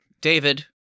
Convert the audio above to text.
David